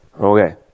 Okay